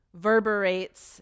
verberates